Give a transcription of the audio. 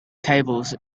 cables